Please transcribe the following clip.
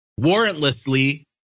warrantlessly